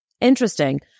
Interesting